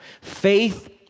Faith